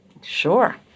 Sure